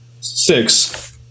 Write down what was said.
Six